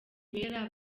bera